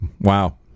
Wow